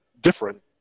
different